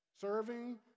Serving